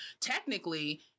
Technically